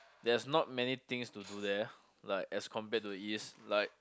there's not many things to do there like as compared to the east like